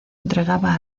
entregaba